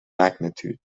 magnitude